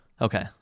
Okay